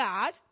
God